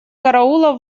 караула